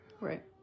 Right